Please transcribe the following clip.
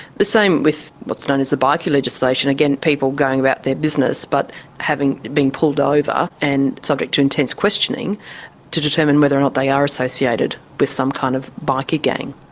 the same with what's known as the bikie legislation, again people going about their business but being pulled over and subject to intense questioning to determine whether or not they are associated with some kind of bikie gang.